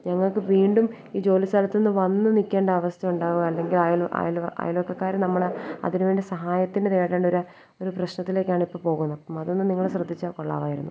ഞങ്ങള്ക്ക് വീണ്ടും ഈ ജോലിസ്ഥലത്ത് വന്ന് നില്ക്കേണ്ട അവസ്ഥ ഉണ്ടാകുവായിരുന്നെങ്കില് അയൽവ അയൽവക്കക്കാര് നമ്മളെ അതിനുവേണ്ടി സഹായത്തിന് തിരക്കണ്ട ഒരു പ്രശ്നത്തിലേക്കാണിപ്പോള് പോകുന്നത് അപ്പോള് അതൊന്ന് നിങ്ങള് ശ്രദ്ധിച്ചാല് കൊള്ളാമായിരുന്നു